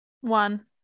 One